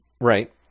Right